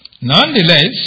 Nonetheless